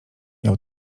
miał